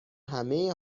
همه